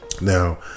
Now